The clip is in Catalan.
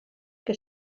que